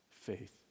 faith